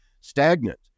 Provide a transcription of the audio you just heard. stagnant